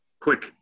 quick